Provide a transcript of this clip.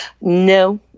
No